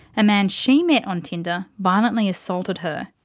a man she met on tinder violently assaulted her.